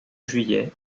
juillet